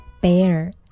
bear